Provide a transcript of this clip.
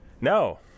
No